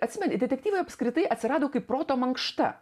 atsimeni detektyvai apskritai atsirado kaip proto mankšta